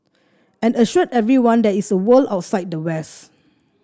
and assured everyone there is a world outside the west